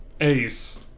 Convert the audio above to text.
Ace